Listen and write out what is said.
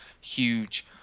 huge